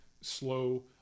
slow